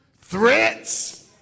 threats